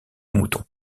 mouton